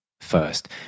first